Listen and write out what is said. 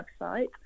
website